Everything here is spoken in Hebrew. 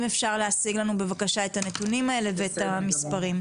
אם אפשר להשיג לנו בבקשה את הנתונים האלו ואת המספרים.